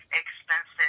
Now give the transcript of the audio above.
expensive